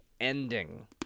ending